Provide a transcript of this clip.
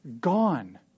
gone